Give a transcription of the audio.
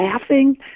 laughing